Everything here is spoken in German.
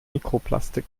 mikroplastik